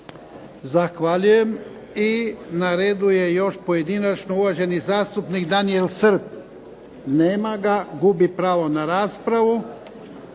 Ivan (HDZ)** I na redu je još pojedinačno, uvaženi zastupnik Daniel Srb. Nema ga. Gubi pravo na raspravu.